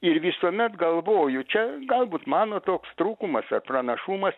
ir visuomet galvoju čia galbūt mano toks trūkumas ar pranašumas